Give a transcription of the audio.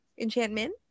Enchantment